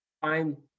find